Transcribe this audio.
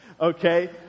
Okay